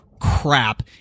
crap